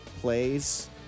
plays